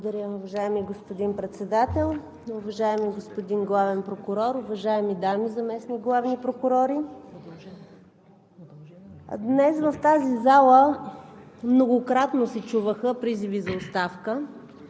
Благодаря, уважаеми господин Председател. Уважаеми господин Главен прокурор, уважаеми дами заместник-главни прокурори! Днес в тази зала многократно се чуваха призиви за оставка